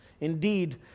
Indeed